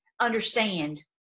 understand